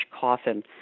Coffin